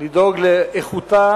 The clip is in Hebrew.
לדאוג לאיכותה